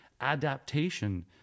Adaptation